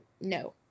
no